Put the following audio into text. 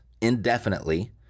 indefinitely